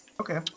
Okay